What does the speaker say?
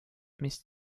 mis